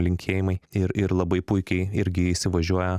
linkėjimai ir ir labai puikiai irgi įsivažiuoja